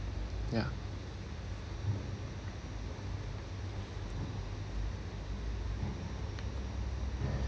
ya